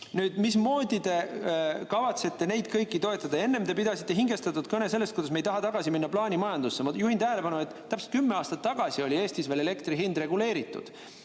Mismoodi te kavatsete neid kõiki toetada? Ja enne te pidasite hingestatud kõne sellest, kuidas me ei taha tagasi minna plaanimajandusse. Ma juhin tähelepanu, et täpselt kümme aastat tagasi oli Eestis elektri hind reguleeritud,